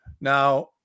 Now